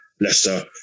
Leicester